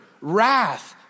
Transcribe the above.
wrath